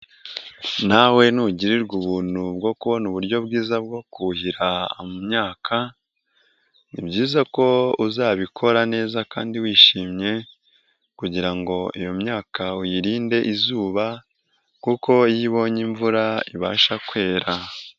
Nawe nugirirwa ubuntu bwo kubona uburyo bwiza bwo kuhira imyaka ni byiza ko uzabikora neza kandi wishimye kugira ngo iyo myaka uyirinde izuba kuko iyo ibonye imvura ibasha kwera.